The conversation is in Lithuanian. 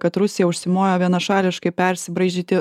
kad rusija užsimojo vienašališkai persibraižyti